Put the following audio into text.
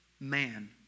man